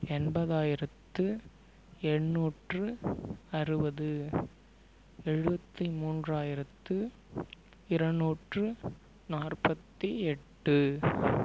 எண்பதாயிரத்து எந்நூற்று அறுபது எழுபத்தி மூன்றாயிரத்து இரநூற்று நாற்பத்தி எட்டு